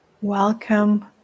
Welcome